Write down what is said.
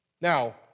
Now